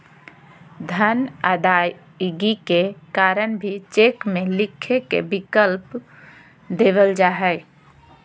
धन अदायगी के कारण भी चेक में लिखे के विकल्प देवल जा हइ